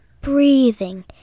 breathing